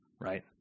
right